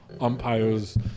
umpires